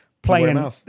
playing